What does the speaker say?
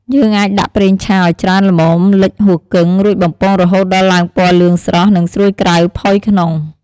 យើងអាចដាក់ប្រេងឆាឱ្យច្រើនល្មមលិចហ៊ូគឹង រួចបំពងរហូតដល់ឡើងពណ៌លឿងស្រស់ និងស្រួយក្រៅ ផុយក្នុង។